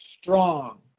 strong